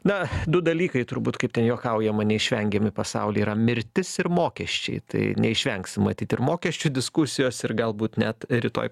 na du dalykai turbūt kaip ten juokaujama neišvengiami pasaulyje yra mirtis ir mokesčiai tai neišvengsim matyt ir mokesčių diskusijos ir galbūt net rytoj